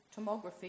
tomography